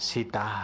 Sita